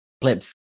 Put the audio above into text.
clips